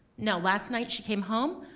now last night she came home,